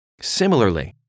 Similarly